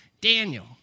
Daniel